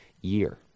year